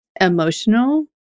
emotional